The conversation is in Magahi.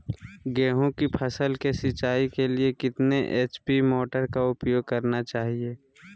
गेंहू की फसल के सिंचाई के लिए कितने एच.पी मोटर का उपयोग करना चाहिए?